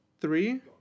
three